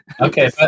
okay